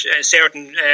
certain